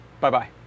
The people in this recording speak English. Bye-bye